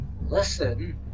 listen